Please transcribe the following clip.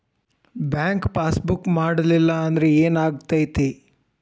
Bank passbook ಮಾಡಲಿಲ್ಲ ಅಂದ್ರೆ ಏನ್ ಆಗ್ತೈತಿ?